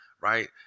right